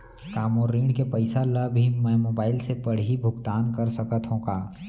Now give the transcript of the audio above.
का मोर ऋण के पइसा ल भी मैं मोबाइल से पड़ही भुगतान कर सकत हो का?